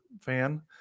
fan